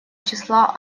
числа